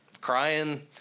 crying